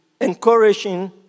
encouraging